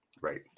Right